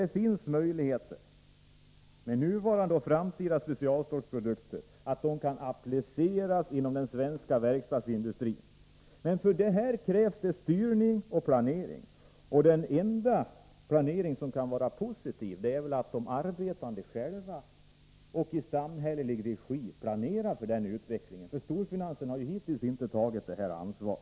Det finns möjligheter med nuvarande och framtida specialstålsprodukter, som kan appliceras inom den svenska verkstadsindustrin. Men för detta krävs styrning och planering. Och den enda planering som kan vara positiv i detta sammanhang är väl den som utförs av de anställda själva, i samhällelig regi, för storfinansen har hittills inte tagit sitt ansvar.